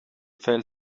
fell